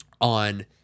on